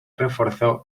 reforzó